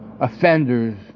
offenders